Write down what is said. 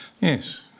yes